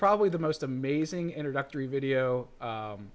probably the most amazing introductory video